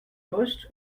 poste